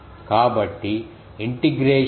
కాబట్టి integration variable z dash